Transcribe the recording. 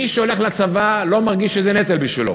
מי שהולך לצבא לא מרגיש שזה נטל בשבילו.